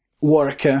work